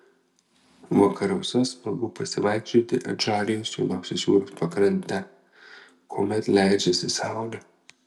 vakaruose smagu pasivaikščioti adžarijos juodosios jūros pakrante kuomet leidžiasi saulė